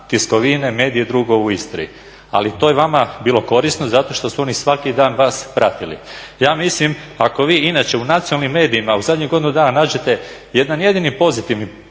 tiskovine, medije i drugo u Istri. Ali to je vama bilo korisno zato što su oni svaki dan vas pratili. Ja mislim ako vi inače u nacionalnim medijima u zadnjih godinu dana nađete jedan jedini pozitivni